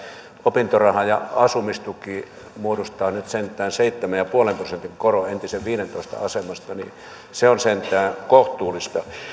opintoraha ja asumistuki muodostavat nyt sentään seitsemän pilkku viiden prosentin koron entisen viidentoista asemasta se on sentään kohtuullista